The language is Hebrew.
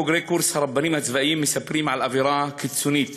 בוגרי קורס רבנים צבאיים מספרים על אווירה קיצונית